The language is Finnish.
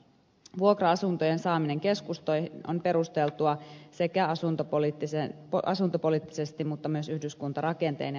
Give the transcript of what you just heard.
vuokra asuntojen saaminen keskustoihin on perusteltua sekä asuntopoliittisesti mutta myös yhdyskuntarakenteen ja ilmastopolitiikan kannalta